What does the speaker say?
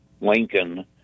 Lincoln